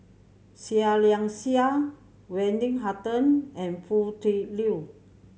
Seah Liang Seah Wendy Hutton and Foo Tui Liew